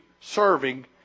serving